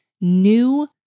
new